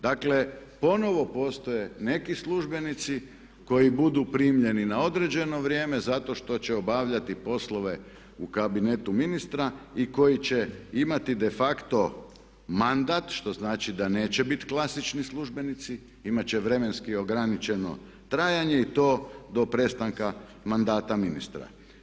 Dakle, ponovno postoje neki službenici koji budu primijenjeni na određeno vrijeme zato što će obavljati poslove u kabinetu ministra i koji će imati de facto mandat što znači da neće biti klasični službenici, imat će vremenski ograničeno trajanje i to do prestanka mandata ministra.